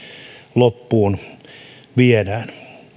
loppuun viedään